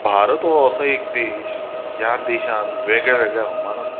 भारत हो असो एक देश ज्या देशांत वेगळे वेगळे हवामान आसा